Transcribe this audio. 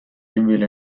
evil